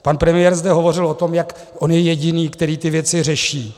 Pan premiér zde hovořil o tom, jak on je jediný, který ty věci řeší.